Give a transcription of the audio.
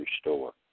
store